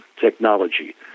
technology